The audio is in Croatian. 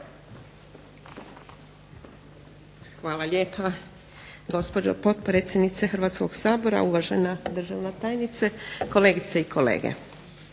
Hvala lijepa gospođo potpredsjednice Hrvatskog sabora, uvažena državna tajnice, kolegice i kolege.